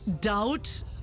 doubt